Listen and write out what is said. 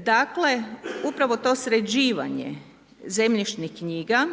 Dakle, upravo to sređivanje zemljišnih knjiga